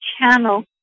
channel